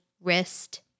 wrist